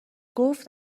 گفت